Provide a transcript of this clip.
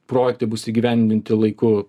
projektai bus įgyvendinti laiku